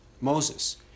Moses